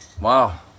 Wow